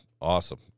Awesome